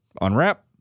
unwrap